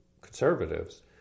conservatives